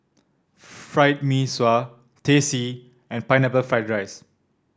Fried Mee Sua Teh C and Pineapple Fried Rice